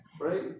right